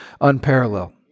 unparalleled